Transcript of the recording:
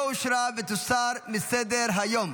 לא נתקבלה.